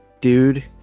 dude